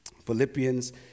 Philippians